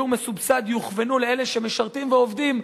מסובסד יוכוונו לאלה שמשרתים ועובדים,